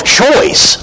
choice